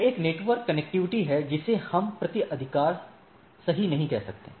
यह एक network connectivity है जिसे हम प्रति अधिकार सही नहीं कह सकते हैं